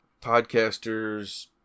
podcasters